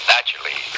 Naturally